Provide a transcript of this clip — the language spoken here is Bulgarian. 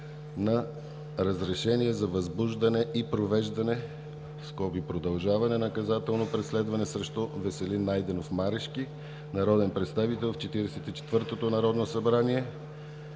на разрешение за възбуждане и провеждане (продължаване) наказателно преследване срещу Веселин Найденов Марешки, народен представител в 44-то Народно събрание.